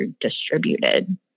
distributed